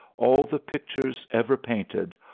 all the pictures ever painted,